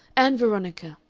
ann veronica,